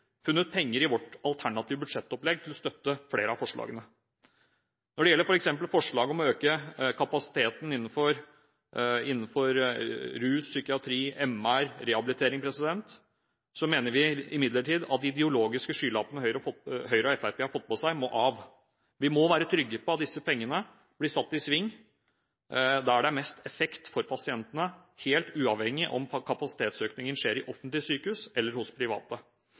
funnet penger i vårt alternative budsjettopplegg til å støtte flere av forslagene. Når det gjelder forslag om f.eks. å øke kapasiteten innenfor rus, psykiatri, MR og rehabilitering, mener vi imidlertid at de ideologiske skylappene Høyre og Fremskrittspartiet har fått på seg, må av. Vi må være trygge på at disse pengene blir satt i sving der det gir mest effekt for pasientene – helt uavhengig av om kapasitetsøkningen skjer i offentlige sykehus eller hos private.